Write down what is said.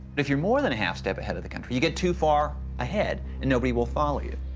if you're more than a half-step ahead of the country you get too far ahead and nobody will follow you.